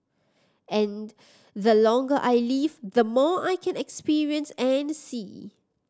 and the longer I live the more I can experience and see